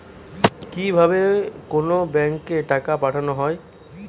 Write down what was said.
কি ভাবে অন্য কোনো ব্যাক্তিকে টাকা পাঠানো হয়?